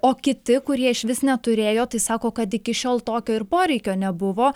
o kiti kurie išvis neturėjo tai sako kad iki šiol tokio ir poreikio nebuvo